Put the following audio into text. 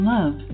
Love